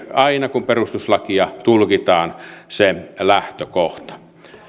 aina kun perustuslakia tulkitaan se lähtökohta